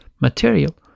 material